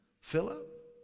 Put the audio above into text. Philip